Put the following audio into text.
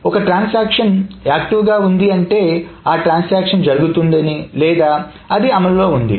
ఒక transaction active గా ఉంది అంటే ఆ ట్రాన్సాక్షన్ జరుగుతుంది లేదా అది అమలులో ఉంది